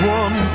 one